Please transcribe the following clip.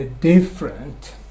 different